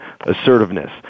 assertiveness